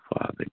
Father